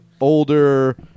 older